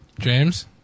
James